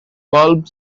bulb